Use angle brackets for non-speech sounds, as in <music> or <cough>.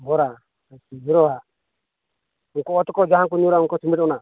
ᱦᱚᱨᱟ ᱵᱚᱨᱟᱣᱟᱜ ᱩᱱᱠᱩᱣᱟᱜ ᱦᱚᱸᱛᱚ ᱡᱟᱦᱟᱸ <unintelligible> ᱚᱱᱟ